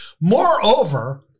Moreover